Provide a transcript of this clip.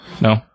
No